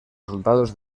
resultados